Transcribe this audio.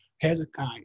Hezekiah